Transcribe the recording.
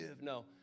No